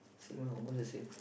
same lah almost the same